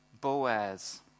Boaz